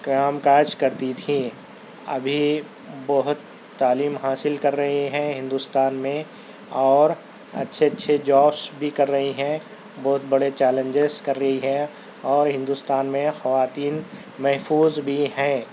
قیام کاج کرتی تھی ابھی بہت تعلیم حاصل کر رہی ہیں ہندوستان میں اور اچھے اچھے جابس بھی کر رہی ہیں بہت بڑے چیلنجز کر رہی ہیں اور ہندوستان میں خواتین محفوظ بھی ہیں